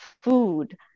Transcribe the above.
food